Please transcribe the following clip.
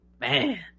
Man